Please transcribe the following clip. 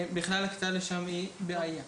הקצאה לשם היא בכלל בעיה.